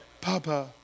Papa